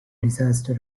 disaster